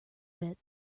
bit